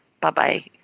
Bye-bye